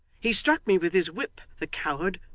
he struck me with his whip, the coward,